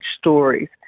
stories